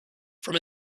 from